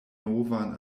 novan